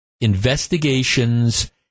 investigations